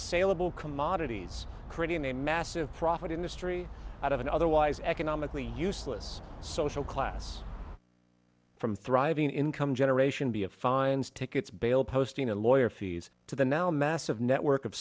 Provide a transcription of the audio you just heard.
saleable commodities creating a massive profit industry out of an otherwise economically useless social class from thriving income generation b of fines tickets bail posting a lawyer fees to the now massive network of